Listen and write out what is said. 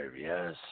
yes